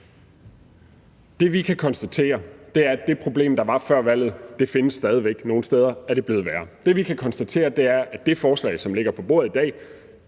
Det, vi kan konstatere, er, at det problem, der var før valget, stadig væk findes, og nogle steder er det blevet værre. Det, vi kan konstatere, er, at det forslag, som ligger på bordet i dag,